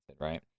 right